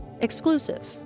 Exclusive